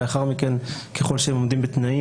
לאחר מכן, ככל שהם עומדים בתנאים